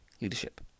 leadership